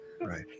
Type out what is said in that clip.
Right